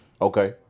Okay